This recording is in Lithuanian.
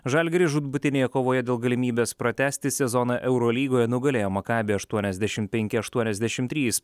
žalgiris žūtbūtinėje kovoje dėl galimybės pratęsti sezoną eurolygoje nugalėjo makabį aštuoniasdešim penki aštuoniasdešim trys